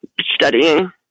studying